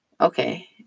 Okay